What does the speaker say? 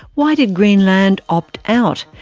why did greenland opt out?